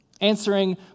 Answering